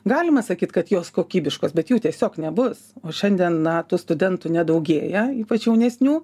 galima sakyt kad jos kokybiškos bet jų tiesiog nebus o šiandien na tų studentų nedaugėja ypač jaunesnių